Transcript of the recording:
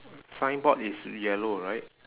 signboard is yellow right